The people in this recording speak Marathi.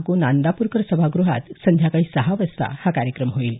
गो नांदाप्रकर सभागृहात संध्याकाळी सहा वाजता हा कार्यक्रम होणार आहे